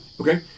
Okay